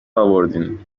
آوردین